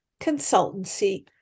consultancy